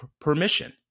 permission